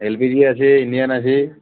LPG আছে Indian আছে